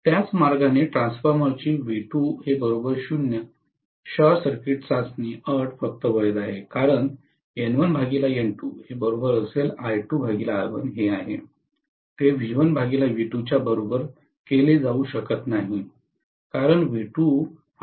त्याच मार्गाने ट्रान्सफॉर्मरची V2 0 शॉर्ट सर्किट चाचणी अट फक्त वैध आहे कारण हे आहे ते च्या बरोबर केले जाऊ शकत नाही कारण V20 हे आहे